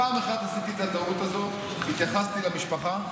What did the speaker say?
פעם אחת עשיתי את הטעות הזאת והתייחסתי למשפחה.